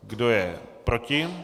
Kdo je proti?